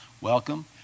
welcome